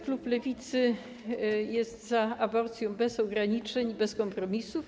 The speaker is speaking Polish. Klub Lewicy jest za aborcją bez ograniczeń i bez kompromisów.